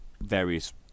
various